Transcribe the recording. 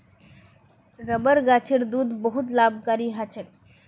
rubber गाछेर दूध बहुत लाभकारी ह छेक